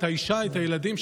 את האישה ואת הילדים,